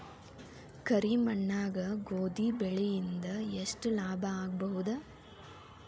ಕರಿ ಮಣ್ಣಾಗ ಗೋಧಿ ಬೆಳಿ ಇಂದ ಎಷ್ಟ ಲಾಭ ಆಗಬಹುದ?